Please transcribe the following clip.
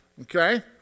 Okay